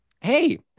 Hey